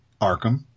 Arkham